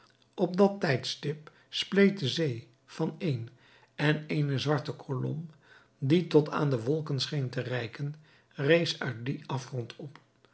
op dat tijdstip spleet de zee van een en eene zwarte kolom die tot aan de wolken scheen te reiken rees uit dien afgrond op